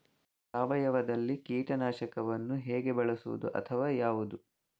ಸಾವಯವದಲ್ಲಿ ಕೀಟನಾಶಕವನ್ನು ಹೇಗೆ ಬಳಸುವುದು ಅಥವಾ ಯಾವುದು?